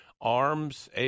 ARMS